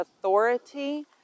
authority